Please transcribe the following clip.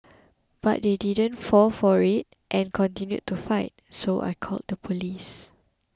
but they didn't fall for it and continued to fight so I called the police